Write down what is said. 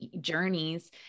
journeys